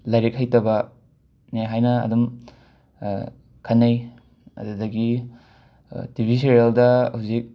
ꯂꯥꯏꯔꯤꯛ ꯍꯩꯇꯕ ꯅꯦ ꯍꯥꯏꯅ ꯑꯗꯨꯝ ꯈꯟꯅꯩ ꯑꯗꯨꯗꯒꯤ ꯇꯤꯕꯤ ꯁꯦꯔꯦꯜꯗ ꯍꯧꯖꯤꯛ